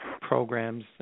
programs